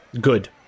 Good